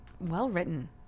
well-written